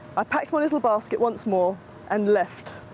i packed my little basket once more and left.